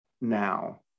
now